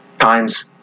times